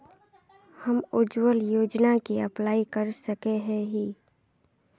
हम उज्वल योजना के अप्लाई कर सके है की?